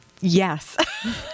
Yes